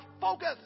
focus